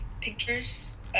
pictures